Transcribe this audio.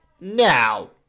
now